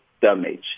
damage